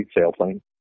sailplane